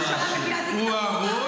הממשלה מביאה דיקטטורה --- הוא הראש,